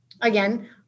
Again